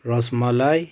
rasmalai